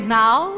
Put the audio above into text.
now